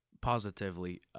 positively